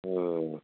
آ